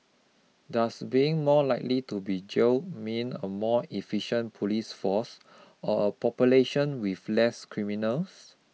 does being more likely to be jailed mean a more efficient police force or a population with less criminals